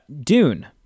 Dune